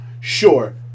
Sure